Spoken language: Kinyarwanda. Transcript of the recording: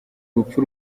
urupfu